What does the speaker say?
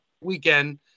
weekend